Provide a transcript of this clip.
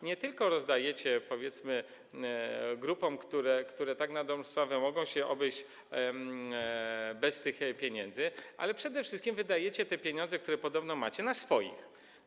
Nie tylko rozdajecie, powiedzmy, grupom, które tak na dobrą sprawę mogą się obejść bez tych pieniędzy, ale przede wszystkim wydajecie te pieniądze, które podobno macie, na swoich.